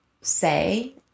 say